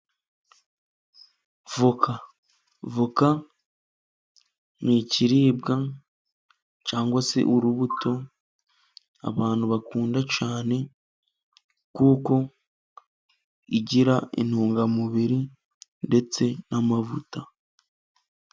Voka, voka ni ikiribwa, cyangwa se urubuto abantu bakunda cyane, kuko igira intungamubiri ndetse n'amavuta.